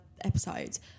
episodes